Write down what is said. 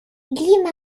lima